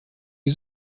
die